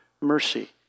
mercy